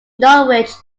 norwich